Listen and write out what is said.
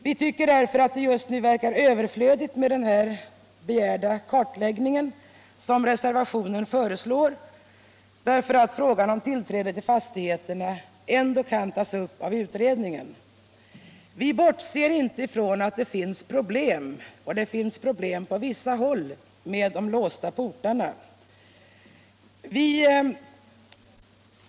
Det verkar just nu överflödigt med den kartläggning som reservationen föreslår, eftersom frågan om tillträde till fastigheterna ändå kan tas upp av utredningen. Vi bortser inte från att det finns problem på vissa håll med de låsta portarna.